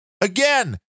Again